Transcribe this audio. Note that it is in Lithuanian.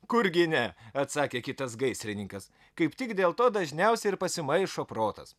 kurgi ne atsakė kitas gaisrininkas kaip tik dėl to dažniausiai ir pasimaišo protas